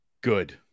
Good